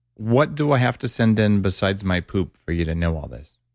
what do i have to send in besides my poop for you to know all this?